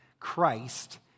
Christ